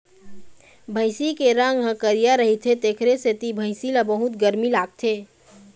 भइसी के रंग ह करिया रहिथे तेखरे सेती भइसी ल बहुत गरमी लागथे